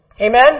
Amen